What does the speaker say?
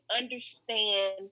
understand